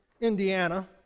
Indiana